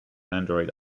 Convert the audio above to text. android